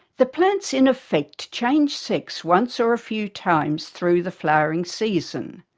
the plants in effect change sex once or a few times through the flowering season.